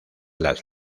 las